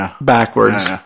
backwards